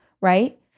right